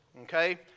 Okay